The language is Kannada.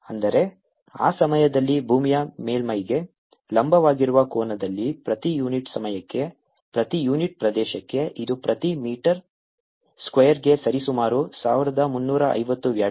ಅಂದರೆ ಆ ಸಮಯದಲ್ಲಿ ಭೂಮಿಯ ಮೇಲ್ಮೈಗೆ ಲಂಬವಾಗಿರುವ ಕೋನದಲ್ಲಿ ಪ್ರತಿ ಯೂನಿಟ್ ಸಮಯಕ್ಕೆ ಪ್ರತಿ ಯೂನಿಟ್ ಪ್ರದೇಶಕ್ಕೆ ಇದು ಪ್ರತಿ ಮೀಟರ್ ಸ್ಕ್ವೇರ್ಗೆ ಸರಿಸುಮಾರು 1350 ವ್ಯಾಟ್ಗಳು